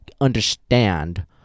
understand